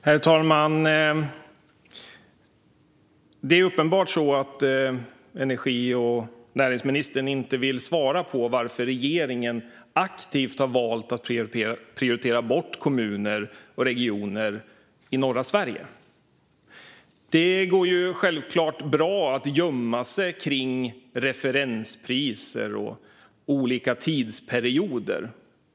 Herr talman! Det är uppenbart så att energi och näringsministern inte vill svara på varför regeringen aktivt har valt att prioritera bort kommuner och regioner i norra Sverige. Det går självklart bra att gömma sig bakom referenspriser och olika tidsperioder.